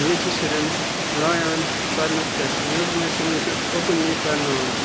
ییٚتہِ چھِ شُرٮ۪ن لایان پرنَس پٮ۪ٹھ نٮ۪برِمٮ۪ن شُرٮ۪ن چھِ اوپٕنلی پرناوان